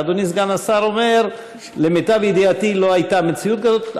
ואדוני סגן השר אומר: למיטב ידיעתי לא הייתה מציאות כזאת,